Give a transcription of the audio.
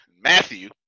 Matthew